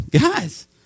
guys